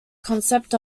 concept